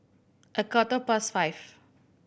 a quarter past five